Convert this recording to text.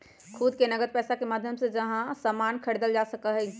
खुद से नकद पैसा के माध्यम से यहां सामान खरीदल जा सका हई